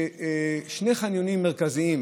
שני החניונים המרכזיים,